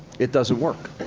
it doesn't work.